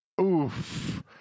Oof